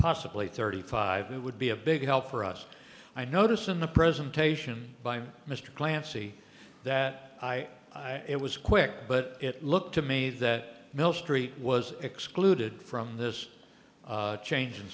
possibly thirty five it would be a big help for us i noticed in the presentation by mr clancy that i i it was quick but it looked to me that mill street was excluded from this change in